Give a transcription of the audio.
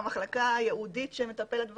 המחלקה הייעודית שמטפלת בזה,